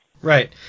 Right